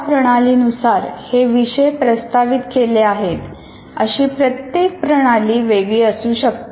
ज्या प्रणालीनुसार हे विषय प्रस्तावित केले आहेत अशी प्रत्येक प्रणाली वेगळी असू शकते